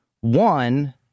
One